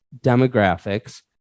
demographics